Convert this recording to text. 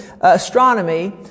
astronomy